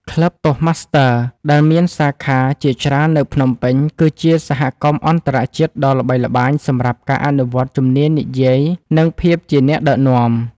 ក្លឹបតូស្ដម៉ាស្ទ័រ ដែលមានសាខាជាច្រើននៅភ្នំពេញ គឺជាសហគមន៍អន្តរជាតិដ៏ល្បីល្បាញសម្រាប់ការអនុវត្តជំនាញនិយាយ និងភាពជាអ្នកដឹកនាំ។